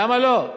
לא, לא,